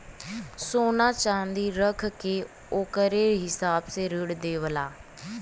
सोना च्नादी रख के ओकरे हिसाब से ऋण देवेला